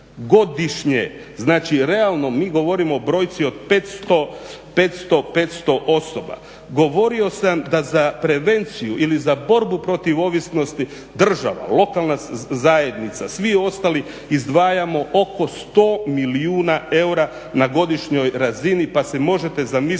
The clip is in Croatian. godišnje, znači realno mi govorimo o brojci od 500 osoba. Govorio sam da da za prevenciju ili za borbu protiv ovisnosti, država, lokalna zajednica, svi ostali izdvajamo oko 100 milijuna eura na godišnjoj razini pa si možete zamisliti